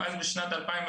ואז בשנת 2003